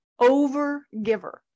overgiver